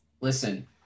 listen